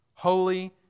Holy